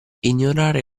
ignorare